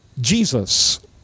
Jesus